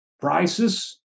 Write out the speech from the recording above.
prices